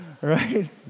right